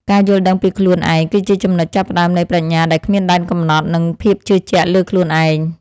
ការយល់ដឹងពីខ្លួនឯងគឺជាចំណុចចាប់ផ្តើមនៃប្រាជ្ញាដែលគ្មានដែនកំណត់ និង ភាពជឿជាក់លើខ្លួនឯង។